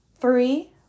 Three